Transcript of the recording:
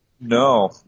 No